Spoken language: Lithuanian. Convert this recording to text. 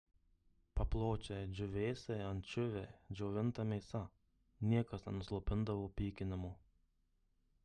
papločiai džiūvėsiai ančiuviai džiovinta mėsa niekas nenuslopindavo pykinimo